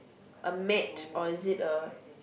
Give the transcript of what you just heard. a mat or is it a